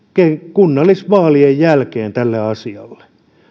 kunnallisvaalien jälkeen tälle asialle